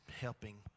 helping